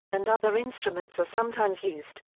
and other instruments are sometimes used.